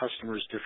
customers